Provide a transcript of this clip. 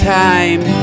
time